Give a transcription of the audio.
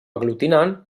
aglutinant